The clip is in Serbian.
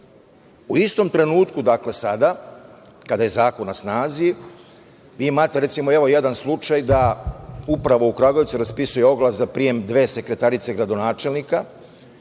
istom trenutku, sada kada je zakon na snazi, imate jedan slučaj da se upravo u Kragujevcu raspisuje oglas za prijem dve sekretarice gradonačelnika